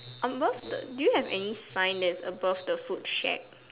above the do you have any sign that is above the food shack